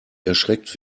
erschreckt